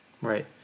Right